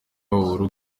uhuru